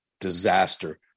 disaster